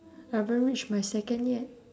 I haven't reach my second yet